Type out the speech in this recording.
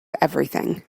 everything